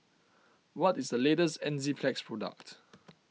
what is the latest Enzyplex product